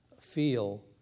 feel